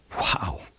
Wow